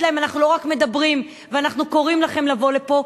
להם: אנחנו לא רק מדברים וקוראים לכם לבוא לפה,